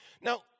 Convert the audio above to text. Now